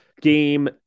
game